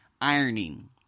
ironing